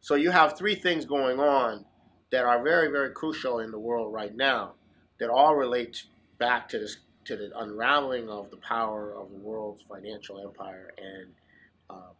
so you have three things going on there are very very crucial in the world right now that all relates back to this to that unraveling of the power of the world's financial empire and